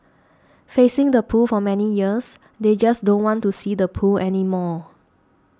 facing the pool for many years they just don't want to see the pool anymore